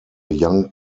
young